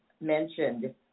mentioned